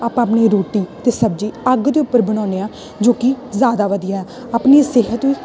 ਆਪਾਂ ਆਪਣੀ ਰੋਟੀ ਅਤੇ ਸਬਜ਼ੀ ਅੱਗ ਦੇ ਉੱਪਰ ਬਣਾਉਂਦੇ ਹਾਂ ਜੋ ਕਿ ਜ਼ਿਆਦਾ ਵਧੀਆ ਆਪਣੀ ਸਿਹਤ ਵੀ